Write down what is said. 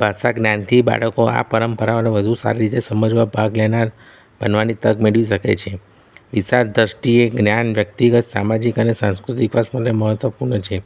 ભાષા જ્ઞાનથી બાળકો આ પરંપરાઓને વધુ સારી રીતે સમજવા ભાગ લેનાર બનવાની તક મેળવી શકે છે ઇશાક દૃષ્ટિએ જ્ઞાન વ્યક્તિગત સામાજિક સંસ્કૃતિક વિકાસ માટે મહત્ત્વપૂર્ણ છે